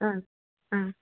ஆ ஆ